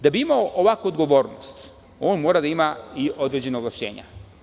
Da bi imao ovakvu odgovornost on mora da ima i određena ovlašćenja.